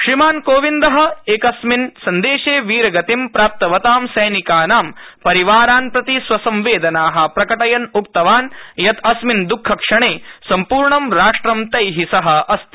श्रीमान् कोविन्दः एकस्मिन् सन्देशेवीरगति प्राप्तवतां सैनिकानां परिवारान् प्रति स्वसंबेदनाःप्रकटयन् उक्तवान् यत् अस्मिन् दःखक्षणे सम्प्र्णं राष्ट्रंतैः सह अस्ति